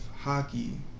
hockey